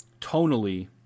tonally